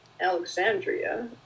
Alexandria